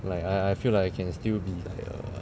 like I I feel like I can still be like a